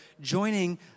joining